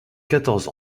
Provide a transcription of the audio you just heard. quatorze